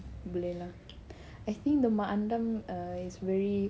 boleh lah I think the mak andam err is very